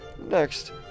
Next